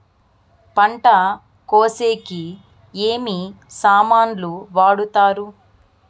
పంట కోసేకి ఏమి సామాన్లు వాడుతారు?